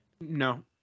No